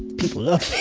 people love me